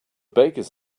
bakers